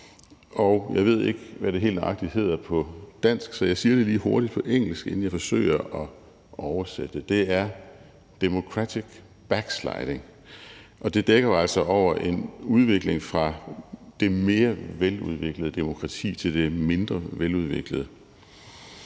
og jeg ved ikke, hvad det helt nøjagtigt hedder på dansk, så jeg siger det lige hurtigt på engelsk, inden jeg forsøger at oversætte det. Det er democratic backsliding, som jo altså dækker over en udvikling fra det mere veludviklede demokrati til det mindre veludviklede.